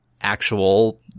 actual